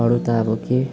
अरू त अब के